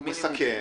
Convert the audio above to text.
הוא מסכם,